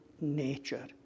nature